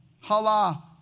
hala